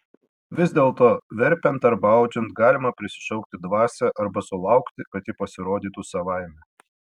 vis dėlto verpiant arba audžiant galima prisišaukti dvasią arba sulaukti kad ji pasirodytų savaime